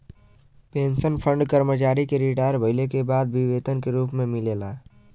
pension fund कर्मचारी के retire भइले के बाद भी वेतन के रूप में मिलला